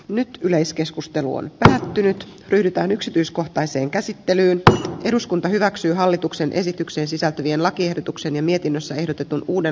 nyt yleiskeskustelu on päättynyt pyritään yksityiskohtaiseen käsittelyyn eduskunta hyväksyy hallituksen esitykseen sisältyvien lakiehdotuksen ja mietinnössä ehdotetun uuden